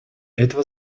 этого